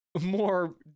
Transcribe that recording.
more